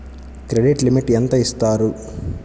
Credit limit ఎంత ఇస్తారు?